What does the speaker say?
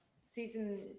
season